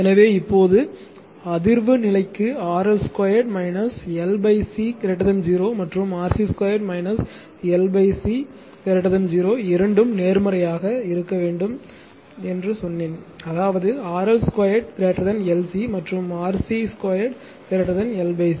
எனவே இப்போது அதிர்வு நிலைக்கு RL 2 L C 0 மற்றும் RC 2 L C 0 இரண்டும் நேர்மறையாக இருக்க வேண்டும் என்று சொன்னேன் அதாவது RL 2 LC மற்றும் RC 2 L C